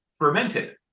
fermented